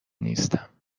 نیستم